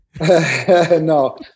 No